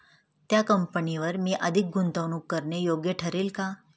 त्या कंपनीवर मी अधिक गुंतवणूक करणे योग्य ठरेल का?